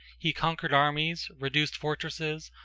he conquered armies, reduced fortresses,